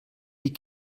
die